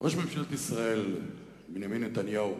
ראש ממשלת ישראל בנימין נתניהו